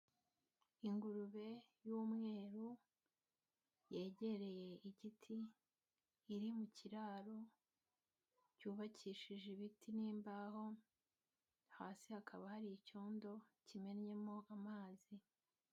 Ingurube y'umweru yegereye igiti, iri mu kiraro cyubakishije ibiti n'imbaho, hasi hakaba hari icyondo kimennyemo amazi.